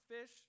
fish